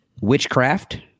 Witchcraft